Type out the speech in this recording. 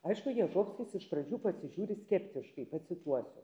aišku ježovskis iš pradžių pasižiūri skeptiškai pacituosiu